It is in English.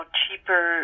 cheaper